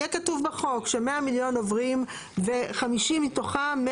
יהיה כתוב בחוק ש-100 מיליון עוברים ו-50 מהם